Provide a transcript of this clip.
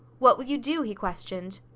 what will you do? he questioned.